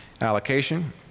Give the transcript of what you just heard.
allocation